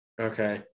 okay